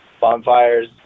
bonfires